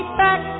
back